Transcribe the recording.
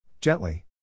Gently